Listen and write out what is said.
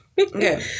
Okay